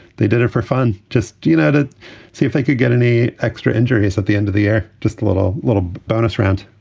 they did it for fun just to you know to see if they could get any extra injuries at the end of the year. just a little little bonus round.